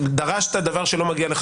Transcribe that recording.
דרשת דבר שלא מגיע לך